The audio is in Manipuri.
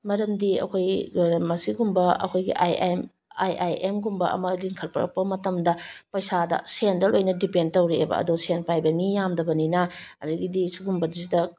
ꯃꯔꯝꯗꯤ ꯑꯩꯈꯣꯏꯒꯤ ꯂꯣꯏꯔꯝ ꯑꯁꯤꯒꯨꯝꯕ ꯑꯩꯈꯣꯏꯒꯤ I M I I M ꯒꯨꯝꯕ ꯑꯃ ꯂꯤꯡꯈꯠꯂꯛꯄ ꯃꯇꯝꯗ ꯄꯩꯁꯥꯗ ꯁꯦꯟꯗ ꯂꯣꯏꯅ ꯗꯤꯄꯦꯟ ꯇꯧꯔꯛꯑꯦꯕ ꯑꯗꯣ ꯁꯦꯟ ꯄꯥꯏꯕ ꯃꯤ ꯌꯥꯝꯗꯕꯅꯤꯅ ꯑꯗꯨꯗꯒꯤꯗꯤ ꯁꯤꯒꯨꯝꯕꯁꯤꯗ